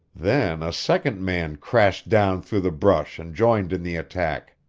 then a second man crashed down through the brush and joined in the attack.